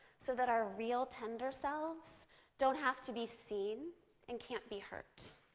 so that our real tender selves don't have to be seen and can't be hurt.